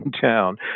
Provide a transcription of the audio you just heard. town